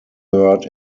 third